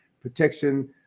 protection